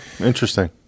interesting